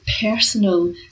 personal